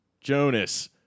Jonas